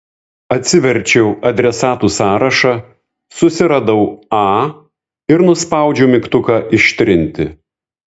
atsiverčiau adresatų sąrašą susiradau a ir nuspaudžiau mygtuką ištrinti